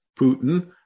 Putin